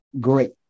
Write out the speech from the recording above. great